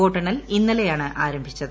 വോട്ടെണ്ണൽ ഇന്നലെയാണ് ആരംഭിച്ചത്